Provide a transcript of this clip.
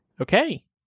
Okay